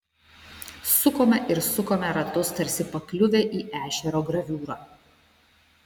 sukome ir sukome ratus tarsi pakliuvę į ešerio graviūrą